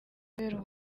kubera